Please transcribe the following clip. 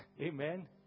Amen